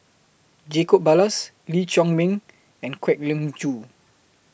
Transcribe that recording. Jacob Ballas Lee Chiaw Meng and Kwek Leng Joo